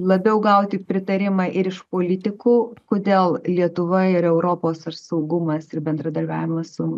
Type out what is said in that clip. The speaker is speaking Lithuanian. labiau gauti pritarimą ir iš politikų kodėl lietuva ir europos ar saugumas ir bendradarbiavimas su